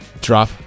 drop